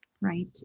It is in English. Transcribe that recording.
Right